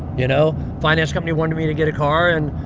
you know. finance company wanted me to get a car and,